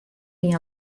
wie